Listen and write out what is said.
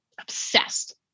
obsessed